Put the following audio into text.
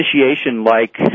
initiation-like